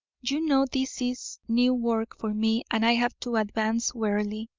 you know this is new work for me and i have to advance warily.